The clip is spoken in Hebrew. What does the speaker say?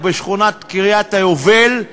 בשכונת קריית-היובל,